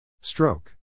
Stroke